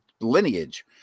lineage